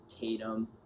Tatum